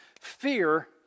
Fear